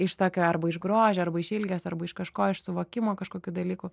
iš tokio arba iš grožio arba iš ilgesio arba iš kažko iš suvokimo kažkokių dalykų